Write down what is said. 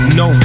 no